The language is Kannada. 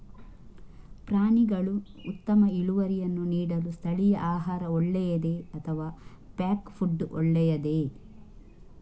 ಪ್ರಾಣಿಗಳು ಉತ್ತಮ ಇಳುವರಿಯನ್ನು ನೀಡಲು ಸ್ಥಳೀಯ ಆಹಾರ ಒಳ್ಳೆಯದೇ ಅಥವಾ ಪ್ಯಾಕ್ ಫುಡ್ ಒಳ್ಳೆಯದೇ?